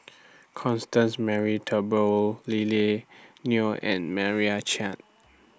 Constance Mary Turnbull Lily Neo and Meira Chand